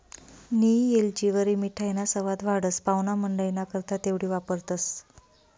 नियी येलचीवरी मिठाईना सवाद वाढस, पाव्हणामंडईना करता तेवढी वापरतंस